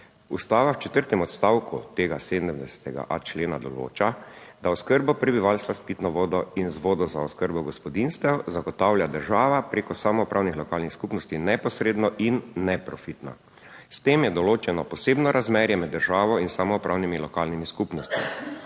Ustava v četrtem odstavku tega 70.a člena določa, da oskrbo prebivalstva s pitno vodo in z vodo za oskrbo gospodinjstev zagotavlja država preko samoupravnih lokalnih skupnosti neposredno in neprofitno. S tem je določeno posebno razmerje med državo in samoupravnimi lokalnimi skupnostmi,